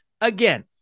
Again